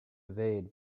evade